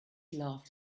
laughed